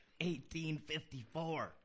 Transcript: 1854